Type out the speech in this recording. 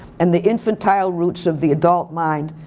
and the infantile roots of the adult mind.